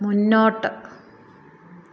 മുന്നോട്ട്